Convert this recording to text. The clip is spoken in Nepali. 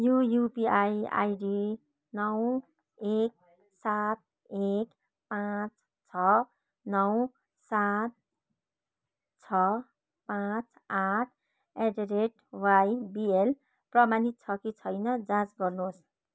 यो युपिआई आइडी नौ एक सात एक पाँच छ नौ सात छ पाँच आठ एट द रेट वाइबिएल प्रमाणित छ कि छैन जाँच गर्नुहोस्